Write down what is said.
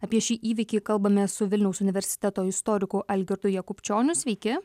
apie šį įvykį kalbamės su vilniaus universiteto istoriku algirdu jakubčioniu sveiki